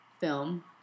film